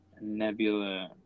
Nebula